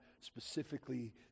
specifically